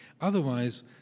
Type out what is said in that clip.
Otherwise